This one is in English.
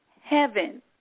heaven